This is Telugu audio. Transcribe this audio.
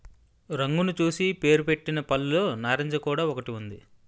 రంగును చూసి పేరుపెట్టిన పళ్ళులో నారింజ కూడా ఒకటి ఉంది